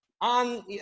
on